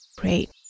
Great